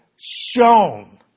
shown